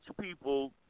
people